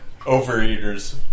overeaters